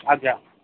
ଆଜ୍ଞା